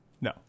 No